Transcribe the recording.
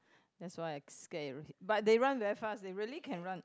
that's why I scared but they run very fast they really can run